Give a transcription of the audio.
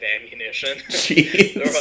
ammunition